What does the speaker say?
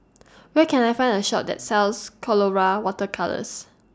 Where Can I Find A Shop that sells Colora Water Colours